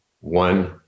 One